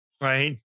right